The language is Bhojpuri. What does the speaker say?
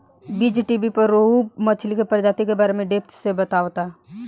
बीज़टीवी पर रोहु मछली के प्रजाति के बारे में डेप्थ से बतावता